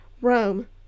Rome